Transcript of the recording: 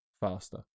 faster